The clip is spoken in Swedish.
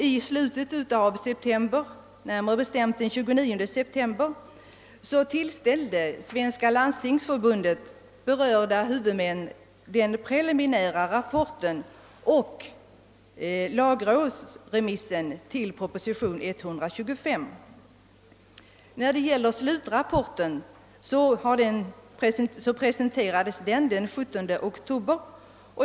Den 29 september tillställde Svenska landstingsförbundet berörda huvudmän den preliminära rapporten och lagrådsremissen till propositionen 125. Slutrapporten avgavs den 17 oktober.